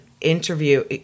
interview